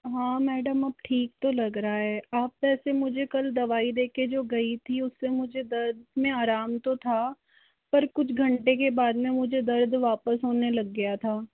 हाँ मैडम अब ठीक तो लग रहा है आप वैसे मुझे कल दवाई देकर जो गई थी उससे मुझे दर्द में आराम तो था पर कुछ घंटे के बाद में मुझे दर्द वापस से होने लग गया था